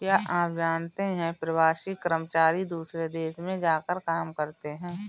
क्या आप जानते है प्रवासी कर्मचारी दूसरे देश में जाकर काम करते है?